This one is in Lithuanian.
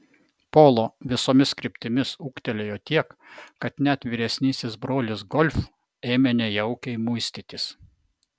polo visomis kryptimis ūgtelėjo tiek kad net vyresnysis brolis golf ėmė nejaukiai muistytis